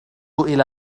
إلى